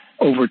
Over